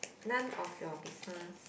none of your business